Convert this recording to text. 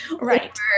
Right